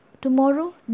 tomorrow